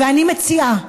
ואני מציעה,